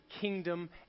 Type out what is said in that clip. kingdom